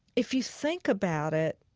if you think about it,